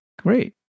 Great